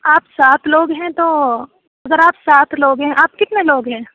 آپ سات لوگ ہیں تو اگر آپ سات لوگ ہیں آپ کتنے لوگ ہیں